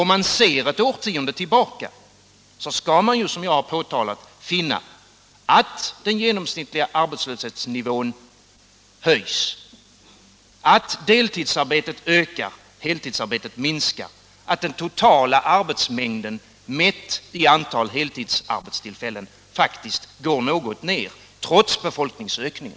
Om man ser ett årtionde tillbaka skall man, som jag har påtalat, finna att den genomsnittliga arbetslöshetsnivån höjs, att deltidsarbetena ökar och att heltidsarbetena minskar — att den totala arbetsmarknaden mätt i antal heltidsarbetstillfällen faktiskt går ned något trots befolkningsökningen.